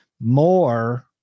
more